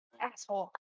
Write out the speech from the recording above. Asshole